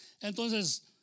Entonces